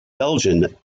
belgian